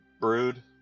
Brood